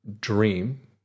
dream